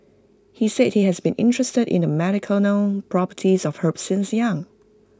he said he has been interested in the medicinal properties of herbs since young